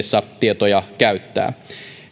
toimivaltansa puitteissa tietoja käyttää